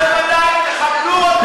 אז בוודאי תכבדו אותנו.